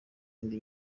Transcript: indi